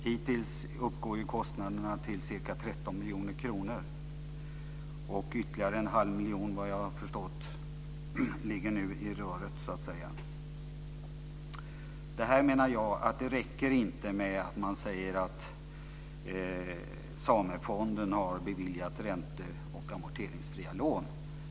Hittills uppgår kostnaderna till ca 13 miljoner kronor, och vad jag har förstått ligger ytterligare en halv miljon nu i röret, så att säga. Det räcker inte, menar jag, att säga att Samefonden har beviljat ränteoch amorteringsfria lån.